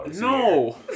No